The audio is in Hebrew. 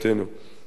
אדוני היושב-ראש,